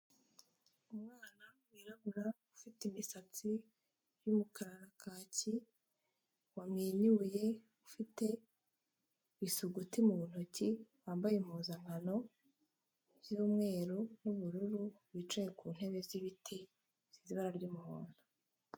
Umwana wirabura ufite imisatsi y'umukara na kaki, wamwenyuye ufite ibisuguti mu ntoki, wambaye impuzankano by'umweru n'ubururu, wicaye ku ntebe z'ibiti zifite ibara ry'umuhondo.